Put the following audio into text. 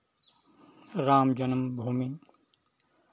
राम जन्म भूमि